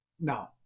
No